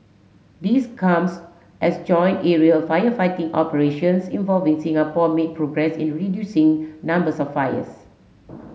this comes as joint aerial firefighting operations involving Singapore made progress in reducing numbers of fires